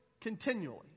continually